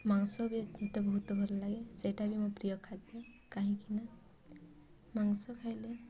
ମାଂସ ବି ମୋତେ ବହୁତ ଭଲ ଲାଗେ ସେଇଟା ବି ମୋ ପ୍ରିୟ ଖାଦ୍ୟ କାହିଁକିନା ମାଂସ ଖାଇଲେ